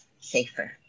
safer